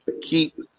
keep